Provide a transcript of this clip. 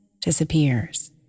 disappears